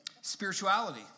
Spirituality